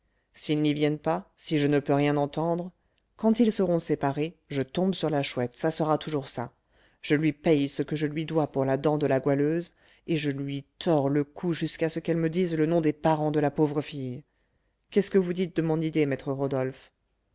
s'ils n'y viennent pas si je ne peux rien entendre quand ils seront séparés je tombe sur la chouette ça sera toujours ça je lui paye ce que je lui dois pour la dent de la goualeuse et je lui tords le cou jusqu'à ce qu'elle me dise le nom des parents de la pauvre fille qu'est-ce que vous dites de mon idée maître rodolphe